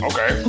Okay